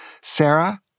Sarah